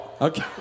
Okay